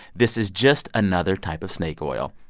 this is just another type of snake oil.